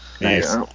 Nice